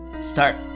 Start